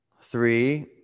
Three